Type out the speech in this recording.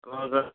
hello sir